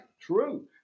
true